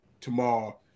tomorrow